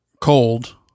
cold